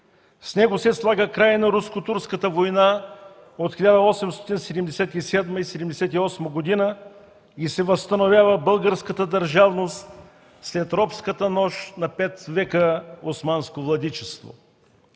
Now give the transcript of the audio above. С него се слага край на Руско-турската война от 1877–1878 г. и се възстановява българската държавност след робската нощ на пет века османско владичество.